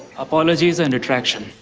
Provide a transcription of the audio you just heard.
apologies and retraction.